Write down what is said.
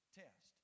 test